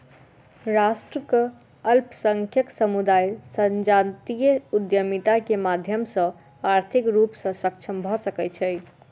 राष्ट्रक अल्पसंख्यक समुदाय संजातीय उद्यमिता के माध्यम सॅ आर्थिक रूप सॅ सक्षम भ सकै छै